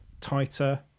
tighter